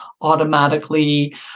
automatically